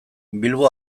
bilbo